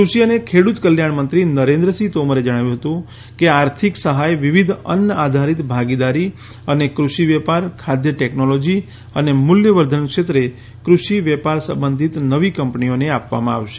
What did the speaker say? કૃષિ અને ખેડૂત કલ્યાણ મંત્રી નરેન્દ્રસિંહ તોમારે જણાવ્યું કે આ આર્થિક સહાય વિવિધ અન્ન આધારિત ભાગીદારી અને કૃષિ વેપાર ખાદ્ય ટેકનોલોજી અને મૂલ્યવર્ધન ક્ષેત્રે કૃષિ વેપાર સંબંધિત નવી કંપનીઓને આપવામાં આવશે